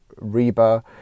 REBA